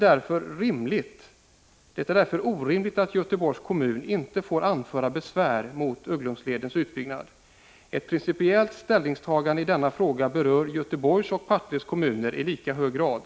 Det är därför orimligt att Göteborgs kommun inte får anföra besvär mot Ugglumsledens utbyggnad. Ett principiellt ställningstagande i denna fråga berör Göteborgs och Partille kommuner i lika hög grad.